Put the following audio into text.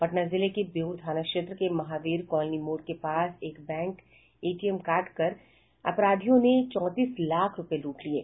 पटना जिले के बेऊर थाना क्षेत्र के महावीर कॉलोनी मोड़ के पास एक बैंक के एटीएम काटकर अपराधियों ने चौतीस लाख रूपये लूट लिये